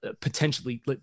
potentially